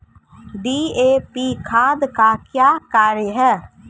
DAP खाद का क्या कार्य हैं?